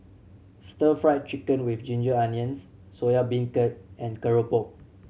Stir Fry Chicken with ginger onions Soya Beancurd and keropok